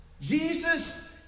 Jesus